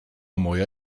moja